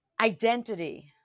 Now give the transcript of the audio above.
identity